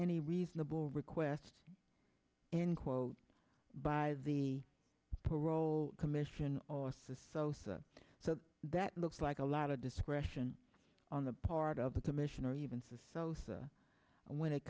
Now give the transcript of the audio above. any reasonable request in quote by the parole commission so that looks like a lot of discretion on the part of the commissioner even for sosa when it